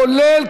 כולל,